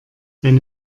wenn